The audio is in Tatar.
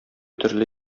төрле